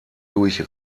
durch